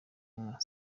inka